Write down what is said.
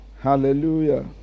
Hallelujah